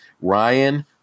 ryan